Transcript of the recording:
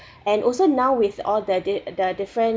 and also now with all the the the different